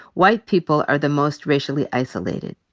white people are the most racially isolated.